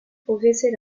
progresser